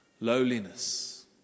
lowliness